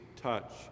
touch